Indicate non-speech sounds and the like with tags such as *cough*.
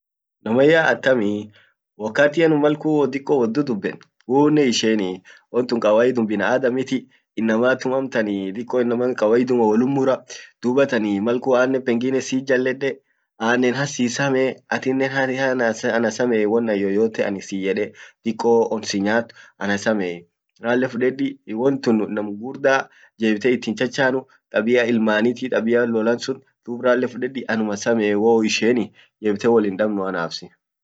namanya *hesitation* atammi wakat an malkun wot dudebben wwounen hiiteinii wontun kawaidum binaadamiti inamatun amtan *hesitation* diko inaman *hesitation* wollum mura dubatan ee sit jallede annen hasi same *hesitation* atinnen haa haana ana same *hesitation* won an yoyote siyyede diko onn sinnyat anasamei ralle fudedi nun nam gugurdaa itin cchachanu tabia ilmaniti tabia lollan sun dub rale fudedi anuma samei jebite wolin dabnu anaf sit